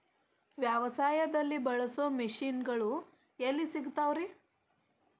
ವ್ಯವಸಾಯದಲ್ಲಿ ಬಳಸೋ ಮಿಷನ್ ಗಳು ಎಲ್ಲಿ ಸಿಗ್ತಾವ್ ರೇ?